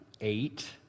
eight